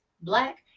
black